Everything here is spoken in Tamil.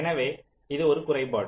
எனவே இது ஒரு குறைபாடு